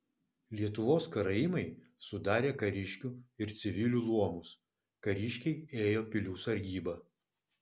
lietuvos karaimai sudarė kariškių ir civilių luomus kariškiai ėjo pilių sargybą